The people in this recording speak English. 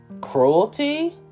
cruelty